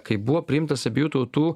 kai buvo priimtas abiejų tautų